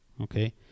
okay